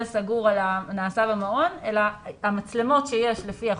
סגור על הנעשה במעון אלא המצלמות שיש לפי החוק,